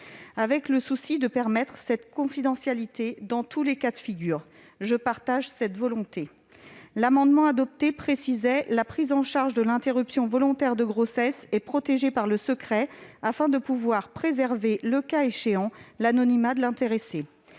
avec le souci de permettre cette confidentialité dans tous les cas de figure. Je partage cette volonté ! L'amendement adopté tendait à préciser que la prise en charge de l'interruption volontaire de grossesse était protégée par le secret, afin de pouvoir préserver, le cas échéant, l'anonymat de l'intéressée.